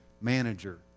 manager